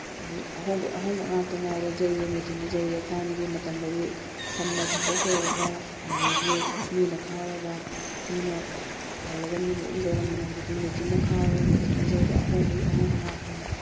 ꯑꯗꯩ ꯑꯍꯣꯡꯕꯩ ꯑꯍꯣꯡꯕ ꯉꯥꯛꯇ ꯉꯥꯏꯔꯦ ꯌꯩꯔꯦ ꯃꯦꯆꯤꯟꯅ ꯌꯩꯔꯦ ꯊꯥꯏꯅꯒꯤ ꯃꯇꯝꯗꯗꯤ ꯁꯟꯅ ꯁꯝꯄꯣꯠ ꯈꯣꯏꯔꯒ ꯑꯗꯒꯤ ꯃꯤꯅ ꯈꯥꯎꯔꯒ ꯃꯤꯅ ꯍꯣꯜꯂꯒ ꯃꯤꯅ ꯑꯗꯨꯝ ꯌꯩꯔꯝꯕꯅꯤ ꯍꯧꯖꯤꯛꯇꯤ ꯃꯦꯆꯤꯟꯅ ꯈꯥꯎꯔꯦ ꯃꯦꯆꯤꯟꯅ ꯌꯩꯔꯦ ꯑꯍꯣꯡꯕꯒꯤ ꯑꯍꯣꯡꯕ ꯉꯥꯛꯇꯅꯤ